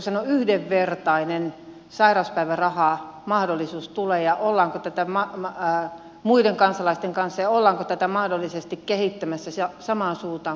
milloinka opiskelijoitten voisiko sanoa muiden kansalaisten kanssa yhdenvertainen sairauspäivärahamahdollisuus tulee ja ollaanko tätä mahdollisesti kehittämässä samaan suuntaan kuin muillakin kansalaisilla